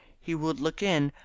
he would look in,